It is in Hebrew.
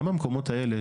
גם במקומות האלה,